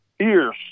ears